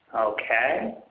okay.